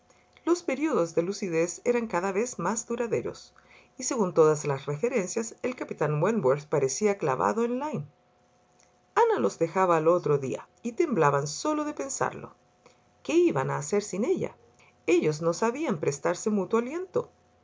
los períodos de lucidez eran cada vez más duraderos según todas las referencias el capitán wentworth parecía clavado en lyme ana los dejaba al otro día y temblaban sólo de pensarlo qué iban a hacer sin ella ellos no sabían prestarse